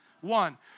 One